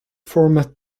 format